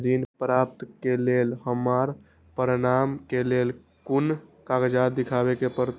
ऋण प्राप्त के लेल हमरा प्रमाण के लेल कुन कागजात दिखाबे के परते?